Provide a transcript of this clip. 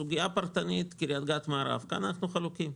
סוגיה פרטנית, קריית גת מערב כאן אנחנו חלוקים.